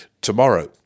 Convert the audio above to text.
Tomorrow